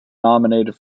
nominated